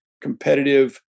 competitive